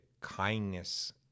kindness